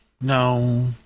no